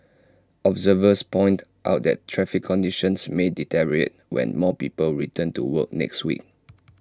observers pointed out that traffic conditions may deteriorate when more people return to work next week